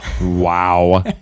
Wow